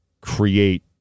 create